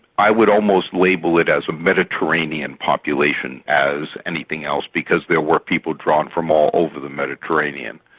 i would almost label it as a mediterranean population as anything else, because there were people drawn from all over the mediterranean.